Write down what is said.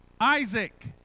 Isaac